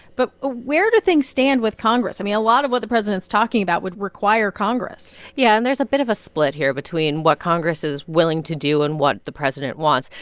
but where do things stand with congress? i mean, a lot of what the president's talking about would require congress yeah, and there's a bit of a split here between what congress is willing to do and what the president wants.